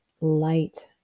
light